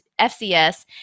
FCS